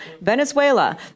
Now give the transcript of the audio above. Venezuela